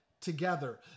together